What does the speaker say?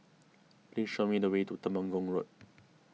please show me the way to Temenggong Road